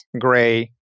gray